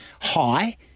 high